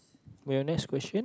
okay your next question